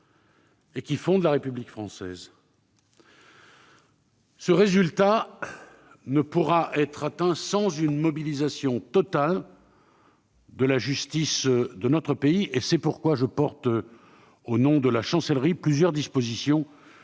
et qui fondent la République française. Ce résultat ne pourra être atteint sans une mobilisation totale de la justice de notre pays. C'est pourquoi je porte au nom de la Chancellerie plusieurs dispositions,